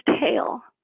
tail